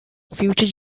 future